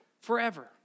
forever